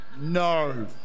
No